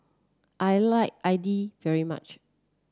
I like Idili very much